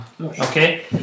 Okay